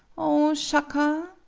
oh, shaka!